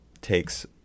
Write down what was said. takes